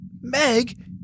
Meg